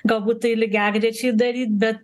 galbūt tai lygiagrečiai daryt bet